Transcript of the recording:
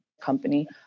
company